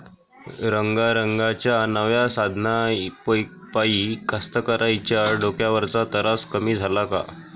रंगारंगाच्या नव्या साधनाइपाई कास्तकाराइच्या डोक्यावरचा तरास कमी झाला का?